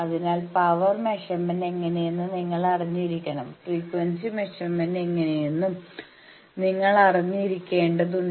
അതിനാൽ power measurement എങ്ങനെയെന്ന് നിങ്ങൾ അറിഞ്ഞിരിക്കണം ഫ്രീക്വൻസി മെഷർമെന്റ് എങ്ങനെയെന്നും നിങ്ങൾ അറിഞ്ഞിരിക്കേണ്ടതുണ്ട്